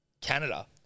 Canada